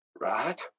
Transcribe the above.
Right